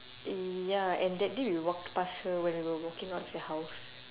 ya and that day we walked past her when we were walking out of your house